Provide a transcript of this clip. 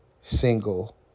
single